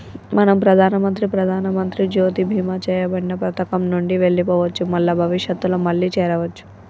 మనం ప్రధానమంత్రి ప్రధానమంత్రి జ్యోతి బీమా చేయబడిన పథకం నుండి వెళ్లిపోవచ్చు మల్ల భవిష్యత్తులో మళ్లీ చేరవచ్చు